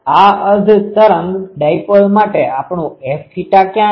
આ અર્ધ તરંગ ડાયપોલ માટે આપણું Fθ ક્યાં છે